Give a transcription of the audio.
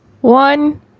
one